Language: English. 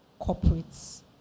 corporates